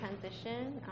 transition